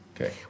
Okay